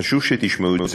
וחשוב שתשמעו את זה,